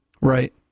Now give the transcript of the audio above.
Right